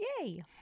Yay